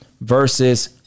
versus